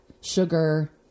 sugar